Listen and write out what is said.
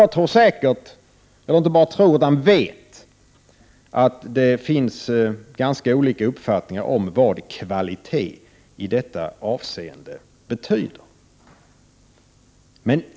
Jag vet att det finns ganska olika uppfattningar om vad kvalitet i detta avseende betyder.